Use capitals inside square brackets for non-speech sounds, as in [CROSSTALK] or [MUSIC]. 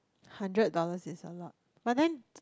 hundred dollars is a lot but then [NOISE]